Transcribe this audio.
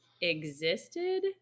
existed